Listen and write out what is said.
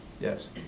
Yes